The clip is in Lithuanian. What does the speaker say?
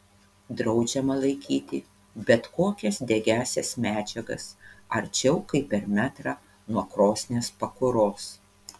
draudžiama laikyti bet kokias degiąsias medžiagas arčiau kaip per metrą nuo krosnies pakuros